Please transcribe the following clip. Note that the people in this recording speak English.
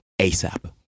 ASAP